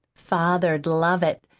father'd love it,